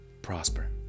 prosper